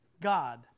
God